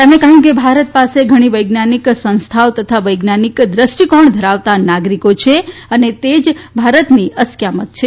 તેમણે કહ્યું કે ભારત પાસે ઘણી વૈજ્ઞાનિક સંસ્થાઓ તથા વૈજ્ઞાનિક દ્રષ્ટિકોણ ધરાવતા નાગરિકો છે અને એ જ ભારતની અસ્કયામત છે